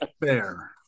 Fair